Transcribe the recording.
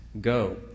go